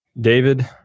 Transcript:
David